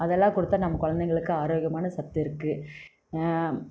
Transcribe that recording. அதெல்லாம் கொடுத்தா நம்ம குழந்தைங்களுக்கு ஆரோக்கியமான சத்திருக்கு